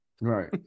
Right